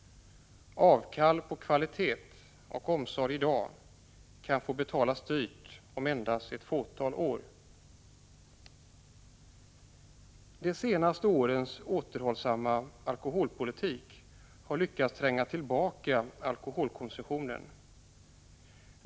Avkall på omsorgens kvalitet i dag kan få betalas dyrt om endast ett fåtal år. De senaste årens återhållsamma alkoholpolitik har lyckats tränga tillbaka alkoholkonsumtionen.